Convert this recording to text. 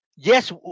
Yes